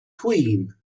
queen